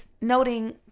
Noting